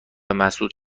مسدود